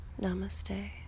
namaste